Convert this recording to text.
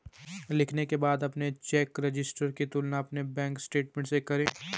लिखने के बाद अपने चेक रजिस्टर की तुलना अपने बैंक स्टेटमेंट से करें